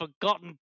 forgotten